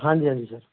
ਹਾਂਜੀ ਹਾਂਜੀ ਸਰ